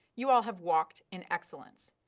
you all have walked in excellence.